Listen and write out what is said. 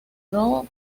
robo